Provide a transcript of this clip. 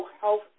health